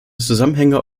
zusammenhänge